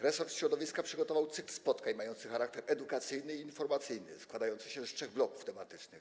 Resort środowiska przygotował cykl spotkań mających charakter edukacyjny i informacyjny, składający się z trzech bloków tematycznych.